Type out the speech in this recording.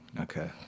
Okay